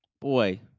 Boy